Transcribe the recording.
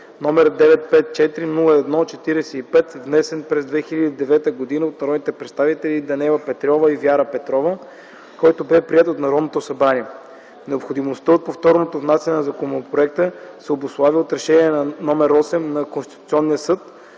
№ 954-01-45, внесен през 2009 г. от народните представители Даниела Петрова и Вяра Петрова, който бе приет от Народното събрание. Необходимостта от повторното внасяне на законопроекта се обуславя от Решение № 8 на Конституционния съд